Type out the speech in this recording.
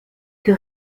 que